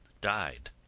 died